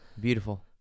Beautiful